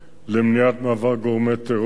למניעת מעבר גורמי טרור,